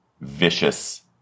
vicious